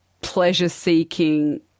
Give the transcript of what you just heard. pleasure-seeking